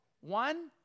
One